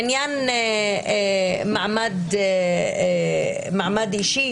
בעניין מעמד אישי,